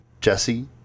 Jesse